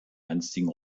einstigen